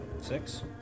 Six